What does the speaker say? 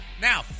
Now